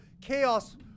chaos